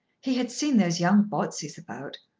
he had seen those young botseys about.